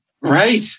Right